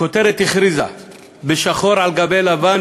הכותרת הכריזה בשחור על-גבי לבן,